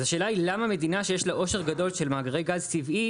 השאלה היא למה מדינה שיש לה עושר גדול של מאגרי גז טבעי,